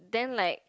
then like